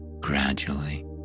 Gradually